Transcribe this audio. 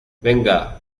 venga